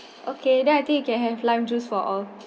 okay then I think you can have lime juice for all